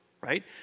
Right